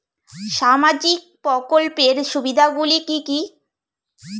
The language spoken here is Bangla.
সামাজিক প্রকল্পের সুবিধাগুলি কি কি?